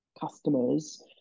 customers